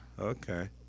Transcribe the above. Okay